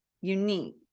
unique